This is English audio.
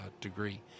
degree